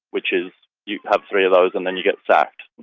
which is you have three of those and then you get sacked.